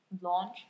launch